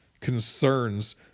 concerns